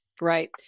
Right